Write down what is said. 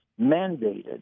mandated